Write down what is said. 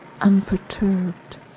unperturbed